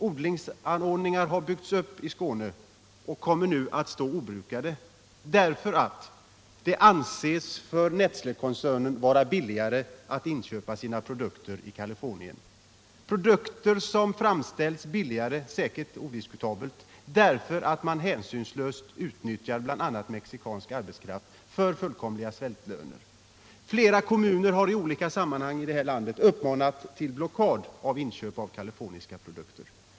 Odlingsarealer har byggts upp i Skåne, och de kommer nu att stå obrukade därför att det för Nestlékoncernen anses vara billigare att inköpa produkterna i Californien, produkter som framställs billigare därför att koncernen — det är odiskutabelt — hänsynslöst utnyttjar bl.a. mexikansk arbetskraft för rena svältlöner. Flera kommuner har i detta sammanhang uppmanat till inköpsblockad av kaliforniska produkter.